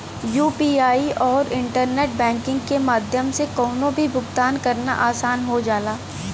UPI आउर internet banking के माध्यम से कउनो भी भुगतान करना आसान हो जाला